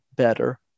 better